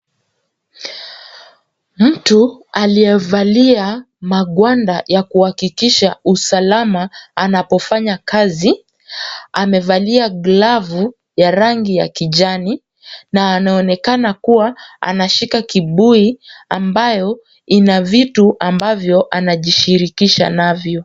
Mtu aliyevalia magwanda ya kuhakikisha usalama anapofanya kazi amevalia glavu ya rangi ya kijani na anaonekana kuwa anashika kibuyu ambayo ina vitu ambavyo anajishirikisha navyo.